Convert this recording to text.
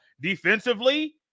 Defensively